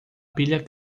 pilha